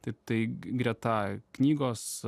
tai tai greta knygos